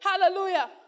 Hallelujah